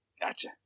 Gotcha